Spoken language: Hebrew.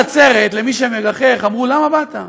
בעניין העצרת, למי שמגחך, אמרו: למה באת?